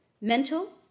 mental